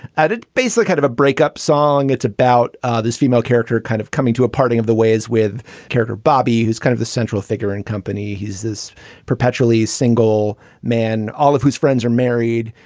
and it basically kind of a breakup song. it's about ah this female character kind of coming to a parting of the ways with character bobby, who's kind of the central figure and company. he's this perpetually single single man, all of whose friends are married,